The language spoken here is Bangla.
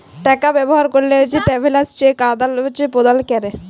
টাকা ব্যবহার ক্যরে ট্রাভেলার্স চেক আদাল প্রদালে ক্যরে